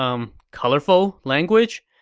umm, colorful language.